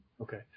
Okay